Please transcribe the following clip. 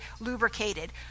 lubricated